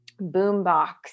boombox